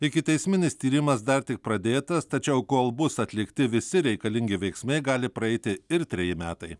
ikiteisminis tyrimas dar tik pradėtas tačiau kol bus atlikti visi reikalingi veiksmai gali praeiti ir treji metai